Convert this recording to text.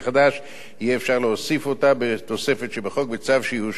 יהיה אפשר להוסיף אותו בתוספת שבחוק בצו שיאושר בידי הוועדה.